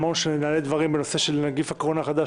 אמרנו שכן נעלה דברים בנושא של נגיף הקורונה החדש,